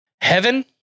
Heaven